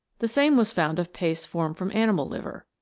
the same was found of paste formed from animal liver.